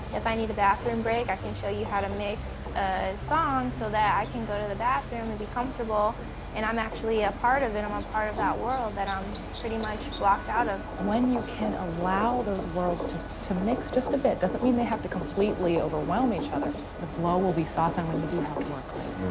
if i need a bathroom break, i can show you how to mix a song so that i can go to the bathroom and be comfortable and i'm actually a part of it, i'm a part of that world that i'm i'm pretty much blocked out of. when you can allow those worlds to to mix just a bit doesn't mean they have to completely overwhelm each other the blow will be softened when you do have to work late.